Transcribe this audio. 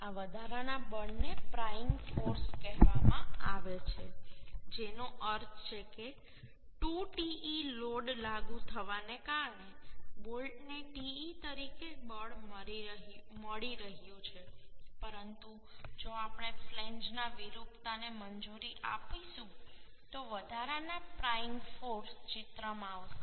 આ વધારાના બળને પ્રાઈંગ ફોર્સ કહેવામાં આવે છે જેનો અર્થ છે કે 2Te લોડ લાગુ થવાને કારણે બોલ્ટને Te તરીકે બળ મળી રહ્યું છે પરંતુ જો આપણે ફ્લેંજ ના વિરૂપતાને મંજૂરી આપીશું તો વધારાના પ્રાઈંગ ફોર્સ ચિત્રમાં આવશે